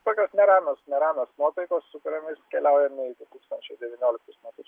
tokios neramios neramios nuotaikos su kuriomis keliaujame į du tūkstančiai devynioliktus metus